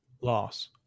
Loss